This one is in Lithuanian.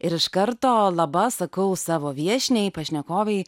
ir iš karto laba sakau savo viešniai pašnekovei